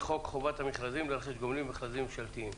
חוק חובת המכרזים לרכש גומלין (מכרזים ממשלתיים).